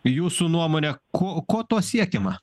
jūsų nuomone ko ko tuo siekiama